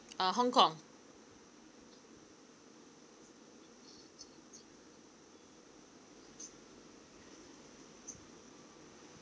uh hong kong